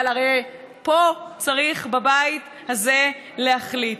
אבל הרי פה, בבית הזה, צריך להחליט.